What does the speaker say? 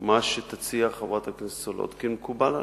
מה שתציע חברת הכנסת סולודקין מקובל עלי.